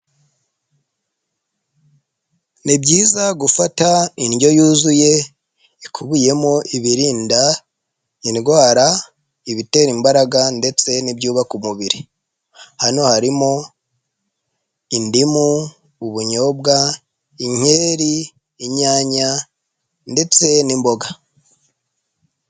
Ni byiza gufata indyo yuzuye ikubiyemo ibinda indwara, ibitera imbaraga ndetse n'ibyubaka umubiri, hano harimo indimu, ubunyobwa, inkeri, inyanya ndetse n'imboga.